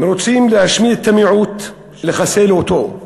רוצה להשמיד את המיעוט, לחסל אותו.